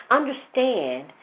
understand